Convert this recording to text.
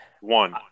One